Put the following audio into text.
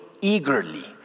eagerly